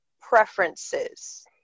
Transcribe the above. preferences